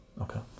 Okay